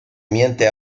miente